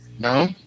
No